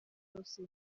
hose